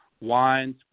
Wines